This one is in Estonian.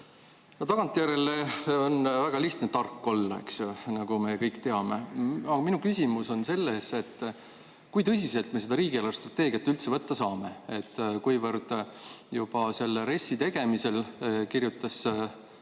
tagantjärele on väga lihtne tark olla, eks ju, nagu me kõik teame. Minu küsimus on selles, kui tõsiselt me seda riigi eelarvestrateegiat üldse võtta saame, kuivõrd juba selle RES-i tegemisel kirjutas teie